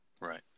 right